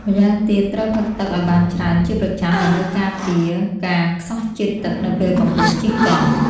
ម្យ៉ាងទៀត ត្រូវផឹកទឹកឲ្យបានច្រើនជាប្រចាំដើម្បីការពារការខ្សោះជាតិទឹកនៅពេលកំពុងជិះកង់។